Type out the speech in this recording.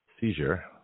seizure